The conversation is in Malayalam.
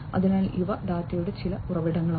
അതിനാൽ ഇവ ഡാറ്റയുടെ ചില ഉറവിടങ്ങളാണ്